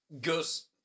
Gus